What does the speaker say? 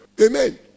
Amen